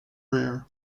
rear